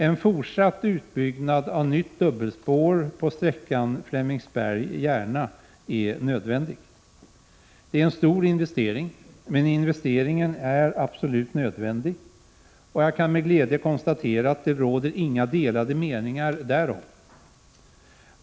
En fortsatt utbyggnad av nytt dubbelspår på sträckan Flemingsberg-Järna är nödvändig. Det är en stor investering, men den är absolut nödvändig. Jag kan med glädje konstatera att det inte råder några delade meningar därom.